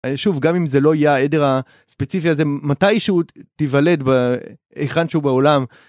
שוב גם אם זה לא יהיה עדר הספציפי הזה מתי שהוא תיוולד היכן שהוא בעולם.